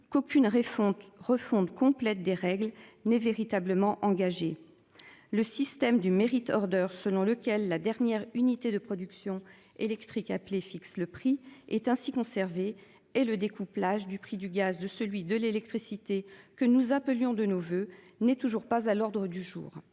qu'aucune refonte refonte complète des règles n'est véritablement. Le système du mérite Order selon lequel la dernière unité de production électrique appelé fixe le prix est ainsi conservée et le découplage du prix du gaz de celui de l'électricité que nous appelions de nos voeux n'est toujours pas à l'ordre du jour.